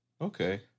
okay